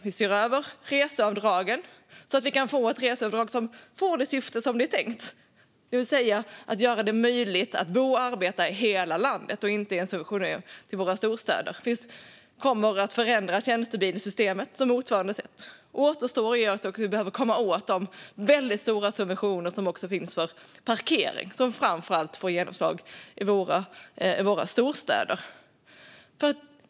Vi ser över reseavdragen, så att vi kan få ett reseavdrag som får det syfte som det är tänkt. Syftet är att göra det möjligt att bo och arbeta i hela landet, inte att ge en subventionering till våra storstäder. Tjänstebilssystemet kommer att förändras på motsvarande sätt. Det som återstår är att vi behöver komma åt de väldigt stora subventioner som också finns för parkering, som framför allt får genomslag i våra storstäder.